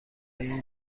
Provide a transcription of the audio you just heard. این